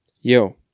yo